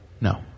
No